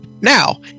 Now